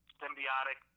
symbiotic